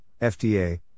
FDA